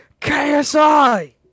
KSI